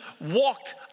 walked